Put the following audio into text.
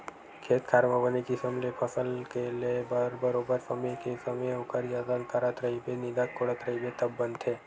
खेत खार म बने किसम ले फसल के ले बर बरोबर समे के समे ओखर जतन करत रहिबे निंदत कोड़त रहिबे तब बनथे